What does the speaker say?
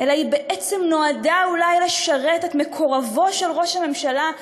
אלא היא בעצם נועדה אולי לשרת את מקורבו של ראש הממשלה,